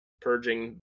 purging